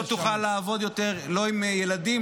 לא תוכל לעבוד יותר לא עם ילדים,